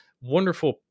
wonderful